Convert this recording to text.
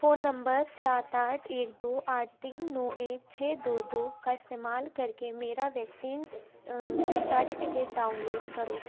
phone number سات آٹھ ایک دو آٹھ تین نو ایک چھ دو دو کا استعمال کر کے میرا ویکسین سرٹیفکیٹ ڈاؤنلوڈ کرو